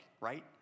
right